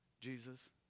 Jesus